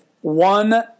One